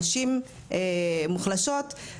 נשים מוחלשות,